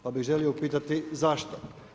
Pa bih želio upitati zašto?